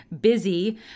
busy